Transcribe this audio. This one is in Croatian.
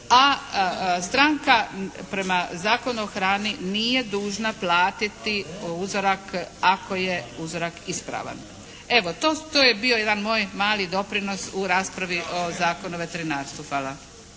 a stranka prema Zakonu o hrani nije dužna platiti uzorak ako je uzorak ispravan. Evo to je bio jedan moj mali doprinos u raspravi o Zakonu o veterinarstvu. Hvala.